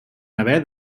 haver